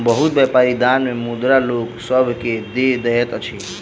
बहुत व्यापारी दान मे मुद्रा लोक सभ के दय दैत अछि